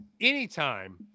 anytime